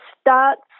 starts